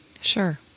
Sure